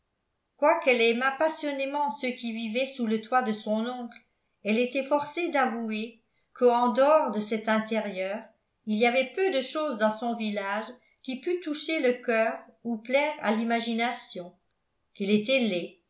quoiqu'elle aimât passionnément ceux qui vivaient sous le toit de son oncle elle était forcée d'avouer que en dehors de cet intérieur il y avait peu de chose dans son village qui pût toucher le cœur ou plaire à l'imagination qu'il était laid